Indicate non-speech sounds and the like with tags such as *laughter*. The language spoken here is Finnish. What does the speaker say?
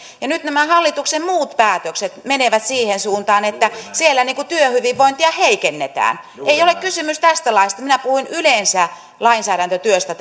kun nyt nämä hallituksen muut päätökset menevät siihen suuntaan että siellä työhyvinvointia heikennetään ei ole kysymys tästä laista minä puhuin yleensä lainsäädäntötyöstä *unintelligible*